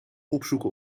opzoeken